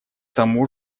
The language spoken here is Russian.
тому